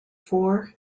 four